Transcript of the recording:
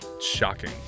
Shocking